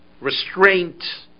restraint